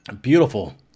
Beautiful